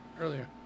earlier